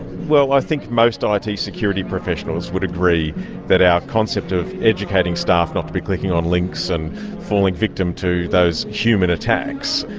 well, i think most ah it security professionals would agree that our concept of educating staff not to be clicking on links and falling victim to those human attacks,